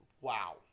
wow